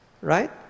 right